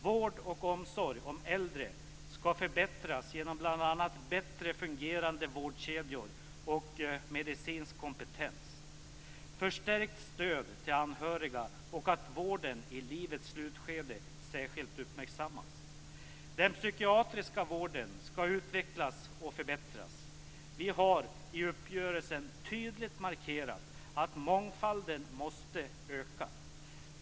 Vård och omsorg om äldre skall förbättras genom bl.a. bättre fungerande vårdkedjor och medicinsk kompetens, förstärkt stöd till anhöriga och genom att vården i livets slutskede särskilt uppmärksammas. Den psykiatriska vården skall utvecklas och förbättras. Vi har i uppgörelsen tydligt markerat att mångfalden måste öka.